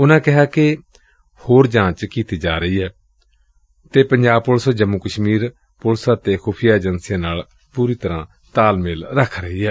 ਉਨੂਾ ਕਿਹਾ ਕਿ ਇਸ ਦੀ ਹੋਰ ਜਾਂਚ ਕੀਤੀ ਜਾ ਰਹੀ ਏ ਅਤੇ ਪੰਜਾਬ ਪੁਲਿਸ ਜੰਮੂ ਕਸ਼ਮੀਰ ਪੁਲਿਸ ਅਤੇ ਖੁਫੀਆ ਏਜੰਸੀਆਂ ਨਾਲ ਪੂਰਾ ਤਾਲਮੇਲ ਰੱਖ ਰਹੀ ਏ